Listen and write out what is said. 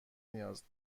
نیاز